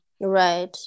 Right